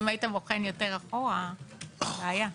אם היית בוחן יותר אחורה זאת בעיה.